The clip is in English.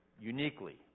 uniquely